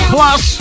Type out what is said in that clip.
Plus